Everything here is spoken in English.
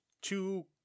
two